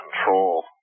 control